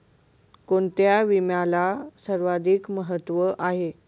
कोणता विम्याला सर्वाधिक महत्व आहे?